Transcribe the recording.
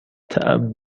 طعم